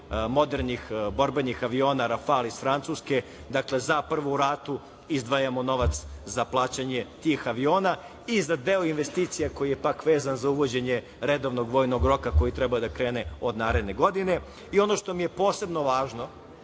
modernih borbenih aviona „Rafal“ iz Francuske. Dakle, za prvu ratu izdvajamo novac za plaćanje tih aviona i za deo investicija koji je pak vezan za uvođenje redovnog vojnog roka koji treba da krene od naredne godine. Ono što mi je posebno važno